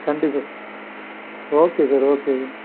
கண்டிப்பா okay sir okay